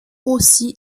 aussi